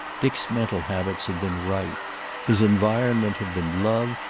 dick's mental habits had been right his environment had been love,